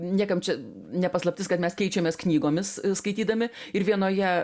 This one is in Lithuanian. niekam čia ne paslaptis kad mes keičiamės knygomis skaitydami ir vienoje